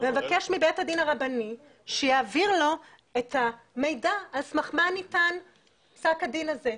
ומבקש מבית הדין הרבני שיעביר לו את המידע על סמך מה ניתן פסק הדין הזה.